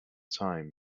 time